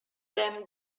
them